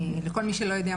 לכל מי שלא יודע,